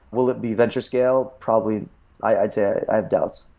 will it be venture scale? probably i'd say i have doubts